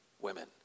women